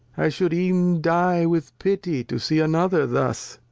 i shou'd even die with pity to see another thus.